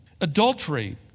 adultery